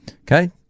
Okay